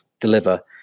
deliver